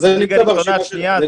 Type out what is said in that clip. אתה